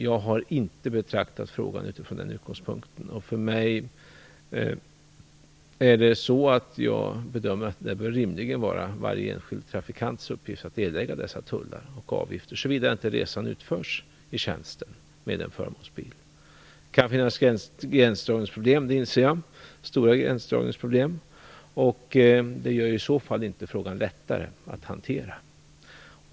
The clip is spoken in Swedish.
Jag har inte betraktat frågan utifrån den utgångspunkten, och jag bedömer det så att det rimligen bör vara varje enskild trafikants uppgift att erlägga dessa tullar och avgifter, såvida inte resan utförs i tjänsten med en förmånsbil. Jag inser att det kan finnas gränsdragningsproblem, stora gränsdragningsproblem, och det gör i så fall inte frågan lättare att hantera.